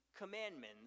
commandments